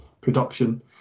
production